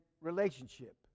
relationship